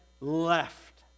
left